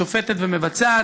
שופטת ומבצעת,